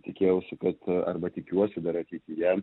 tikėjausi kad arba tikiuosi dar ateityje